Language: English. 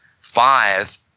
five